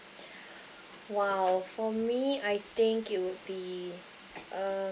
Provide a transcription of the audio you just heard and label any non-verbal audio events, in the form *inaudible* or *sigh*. *breath* !wow! for me I think it would be um